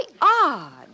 odd